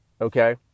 Okay